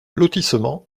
lotissement